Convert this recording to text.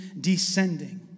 descending